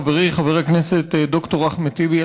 חברי חבר הכנסת ד"ר אחמד טיבי,